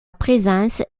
présence